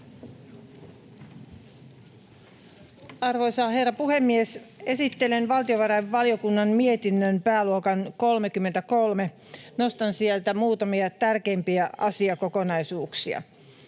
Arvoisa herra puhemies! Esittelen valtiovarainvaliokunnan mietinnön pääluokan 33. Nostan sieltä muutamia tärkeimpiä asiakokonaisuuksia.